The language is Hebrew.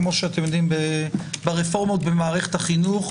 כפי שאתם יודעים ברפורמות במערכת החינוך,